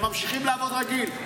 הם ממשיכים לעבוד רגיל.